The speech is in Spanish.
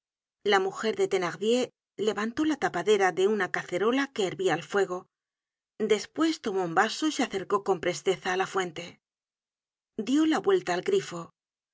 la mujer de thenardier levantó la tapadera de una cacerola que hervia al fuego despues tomó un vaso y se acercó tomo ti i content from google book search generated at con presteza á la fuente dió vuelta al grifo